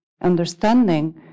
understanding